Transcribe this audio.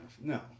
no